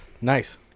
Nice